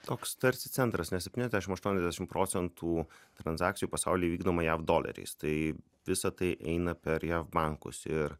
toks tarsi centras nes septyniasdešim aštuoniasdešim procentų transakcijų pasaulyje vykdoma jav doleriais tai visa tai eina per jav bankus ir